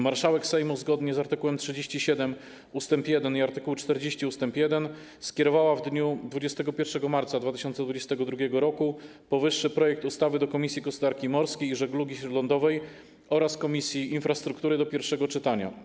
Marszałek Sejmu, zgodnie z art. 37 ust. 1 i art. 40 ust. 1, skierowała w dniu 21 marca 2022 r. powyższy projekt ustawy do Komisji Gospodarki Morskiej i Żeglugi Śródlądowej oraz Komisji Infrastruktury do pierwszego czytania.